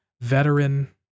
veteran